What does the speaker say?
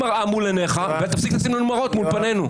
שים מראה מול עיניך ותפסיק לשים מראות מול פנינו.